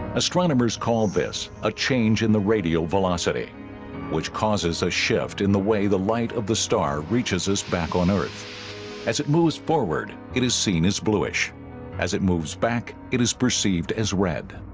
astronomers call this a change in the radial velocity which causes a shift in the way the light of the star reaches us back on earth as it moves forward? it is seen as bluish as it moves back. it is perceived as red